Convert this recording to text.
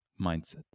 mindset